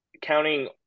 counting